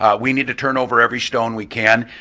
ah we need to turn over every stone we can,